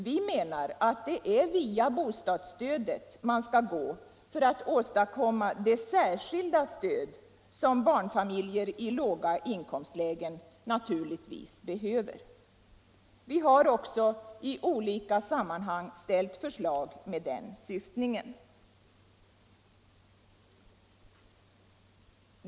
Vi menar att det är via bostadsstödet man skall gå för att åstadkomma det särskilda stöd som barnfamiljer i låga inkomstlägen naturligtvis behöver. Vi har också i olika sammanhang ställt förslag med den syftningen.